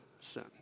sin